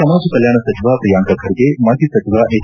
ಸಮಾಜ ಕಲ್ಕಾಣ ಸಚಿವ ಪ್ರಿಯಾಂಕ ಖರ್ಗೆ ಮಾಜಿ ಸಚಿವ ಎಚ್